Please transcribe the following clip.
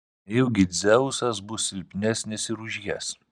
nejaugi dzeusas bus silpnesnis ir už jas